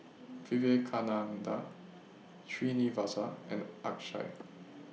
Vivekananda Srinivasa and Akshay